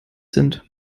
sind